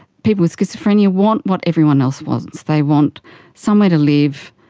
people with schizophrenia want what everyone else wants, they want somewhere to live,